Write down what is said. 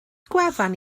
gwefan